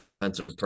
offensive